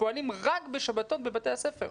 שפועלים רק בשבתות בבתי הספר.